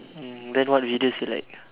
hmm then what videos you like